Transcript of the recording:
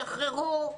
שחררו.